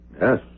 Yes